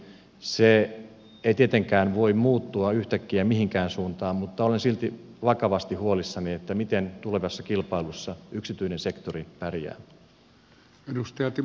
se ei tietenkään voi muuttua yhtäkkiä mihinkään suuntaan mutta olen silti vakavasti huolissani miten tulevassa kilpailussa yksityinen sektori pärjää